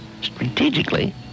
strategically